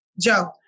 Joe